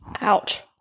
Ouch